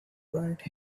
right